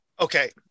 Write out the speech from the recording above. Okay